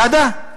נאדה?